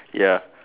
ya